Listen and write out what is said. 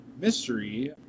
mystery